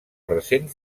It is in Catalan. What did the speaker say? recent